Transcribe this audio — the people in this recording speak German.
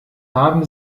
haben